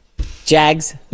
Jags